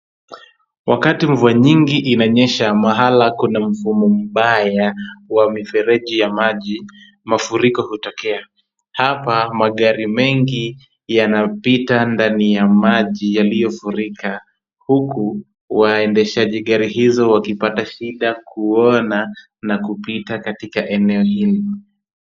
Wakati mvua nyingi inanyesha mahala kuna mfumo mbaya wa mifereji ya maji mafuriko hutokea. Hapa magari mengi yanapita ndani ya maji yaliyofurika huku waendeshaji gari hizo wakipata shida kuona na kupita katika eneo hili.